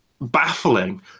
baffling